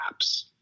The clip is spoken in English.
apps